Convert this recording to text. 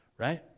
Right